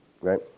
right